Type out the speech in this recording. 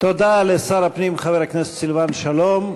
תודה לשר הפנים חבר הכנסת סילבן שלום.